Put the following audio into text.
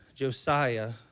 Josiah